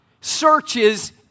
searches